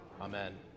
Amen